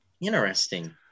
interesting